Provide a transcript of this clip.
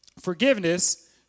forgiveness